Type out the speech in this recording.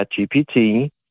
ChatGPT